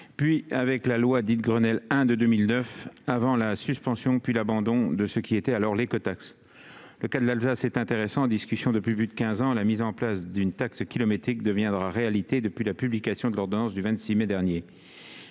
puis la loi dite « Grenelle I » de 2009, avant la suspension, puis l'abandon, de ce qui était alors l'écotaxe. Le cas de l'Alsace est intéressant. En discussion depuis plus de quinze ans, la mise en place d'une taxe kilométrique deviendra réalité, à la suite de la publication de l'ordonnance du 26 mai 2021.